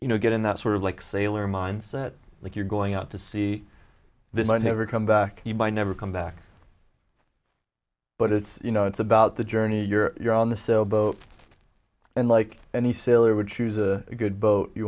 you know get in that sort of like sailor mindset like you're going out to sea they might never come back you might never come back but it's you know it's about the journey you're you're on the sailboat and like any sailor would choose a good boat you